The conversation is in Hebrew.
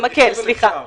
סליחה,